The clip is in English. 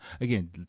Again